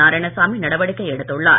நாராயணசாமி நடவடிக்கை எடுத்துள்ளார்